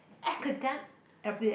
academ~ uh bleagh